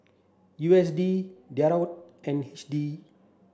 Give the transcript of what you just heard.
U S D Dirham and H D